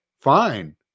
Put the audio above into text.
fine